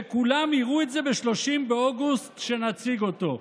וכולם יראו את זה ב-30 באוגוסט כשנציג אותו".